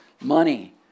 money